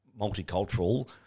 multicultural